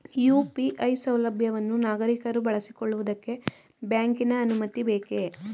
UPI ಸೌಲಭ್ಯವನ್ನು ನಾಗರಿಕರು ಬಳಸಿಕೊಳ್ಳುವುದಕ್ಕೆ ಬ್ಯಾಂಕಿನ ಅನುಮತಿ ಬೇಕೇ?